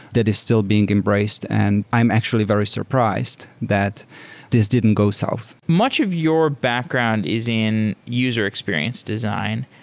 that is still being embraced and i am actually very surprised that this didn't go south. much of your background is in user experience design.